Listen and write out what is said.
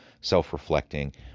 self-reflecting